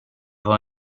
var